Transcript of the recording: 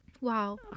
Wow